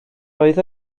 oedd